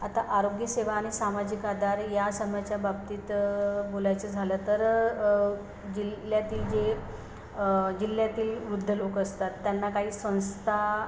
आता आरोग्यसेवा आणि सामाजिक आधार या समयच्या बाबतीत बोलायचं झालं तर जिल्ह्यातील जे जिल्ह्यातील वृद्ध लोक असतात त्यांना काही संस्था